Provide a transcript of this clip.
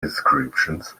descriptions